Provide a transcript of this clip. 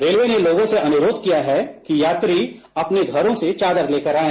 railway ने लोगों से अनुरोध किया है कि यात्री अपने घरों से चादर लेकर आए